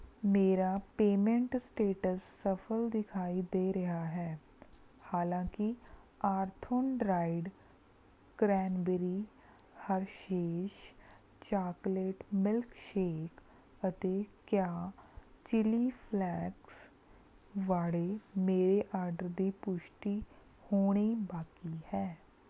ਮੇਰਾ payment status ਸਫ਼ਲ ਦਿਖਾਈ ਦੇ ਰਿਹਾ ਹੈ ਹਾਲਾਂਕਿ ਆਰਥੋਨ dried cranberry Hershey's chocolate milk shake ਅਤੇ ਕਿਆ ਚਿਲੀ ਫਲੈਕਸ ਵਾਲੇ ਮੇਰੇ ਆਰਡਰ ਦੀ ਪੁਸ਼ਟੀ ਹੋਣੀ ਬਾਕੀ ਹੈ